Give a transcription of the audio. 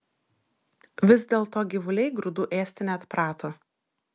vis dėlto gyvuliai grūdų ėsti neatprato